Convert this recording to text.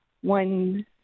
one